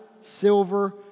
silver